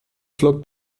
flockt